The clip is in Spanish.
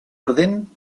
orden